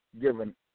given